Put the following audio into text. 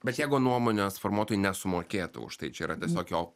bet jeigu nuomonės formuotojui nesumokėta už tai čia yra tokio